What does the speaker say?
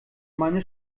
meine